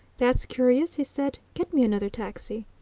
that's curious, he said. get me another taxi.